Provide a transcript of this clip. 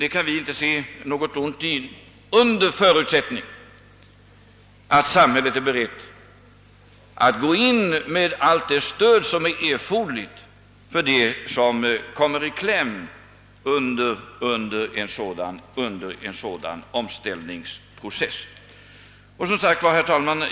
Detta kan vi inte se något ont i under förutsättning att samhället är berett att gå in med all det stöd som är erforderligt till dem som kommer i kläm under en sådan omställningsprocess. Herr talman!